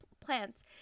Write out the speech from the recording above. plants